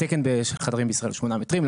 התקן של חדרים בישראל הוא 8 מטרים,